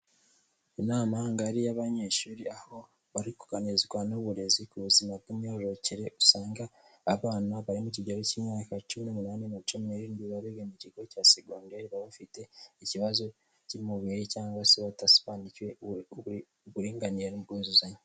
Inama ahangaha yari iy'abanyeshuri, aho bari kuganirizwa n'uburezi ku buzima bw'imyororokere. Usanga abana barimu iki kigero cy'imyaka cumi numunani nacumi nirindwi barererwa mu kigo cya segonderi, baba bafite ikibazo cy'umubiri cyangwa se batasobanukiwe uburinganire n'ubwuzuzanye.